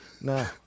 no